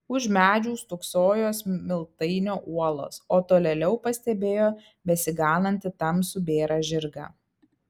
už medžių stūksojo smiltainio uolos o tolėliau pastebėjo besiganantį tamsų bėrą žirgą